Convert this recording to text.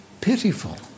pitiful